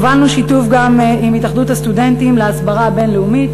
הובלנו שיתוף גם עם התאחדות הסטודנטים להסברה הבין-לאומית,